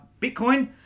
Bitcoin